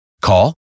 Call